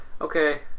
Okay